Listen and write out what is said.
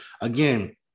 Again